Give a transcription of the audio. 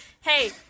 hey